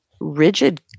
rigid